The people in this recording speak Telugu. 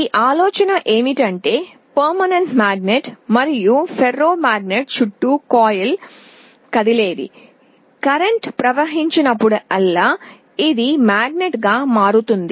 ఈ ఆలోచన ఏమిటంటే శాశ్వత అయస్కాంతం ఉంది మరియు ఫెర్రో అయస్కాంతం చుట్టూ కాయిల్ కదిలేదికరెంట్ ప్రవహించినప్పుడల్లా ఇది అయస్కాంతంగా మారుతుంది